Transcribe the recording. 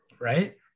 right